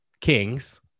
kings